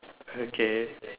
okay